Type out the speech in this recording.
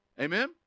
Amen